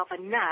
enough